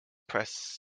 press